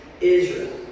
Israel